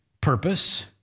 purpose